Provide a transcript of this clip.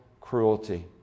cruelty